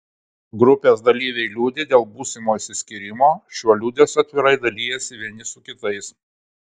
grupės dalyviai liūdi dėl būsimo išsiskyrimo šiuo liūdesiu atvirai dalijasi vieni su kitais